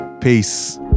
Peace